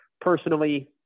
personally